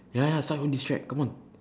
ya ya start your own diss track come on